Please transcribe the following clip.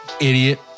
Idiot